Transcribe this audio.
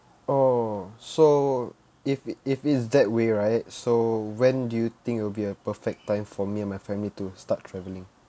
oh so if if it's that way right so when do you think it will be a perfect time for me and my family to start travelling